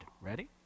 Ready